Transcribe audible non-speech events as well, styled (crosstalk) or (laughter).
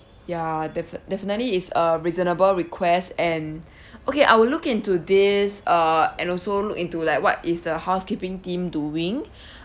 ya defi~ definitely is a reasonable request and (breath) okay I will look into this uh and also look into like what is the housekeeping team doing (breath)